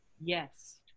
Yes